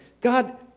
God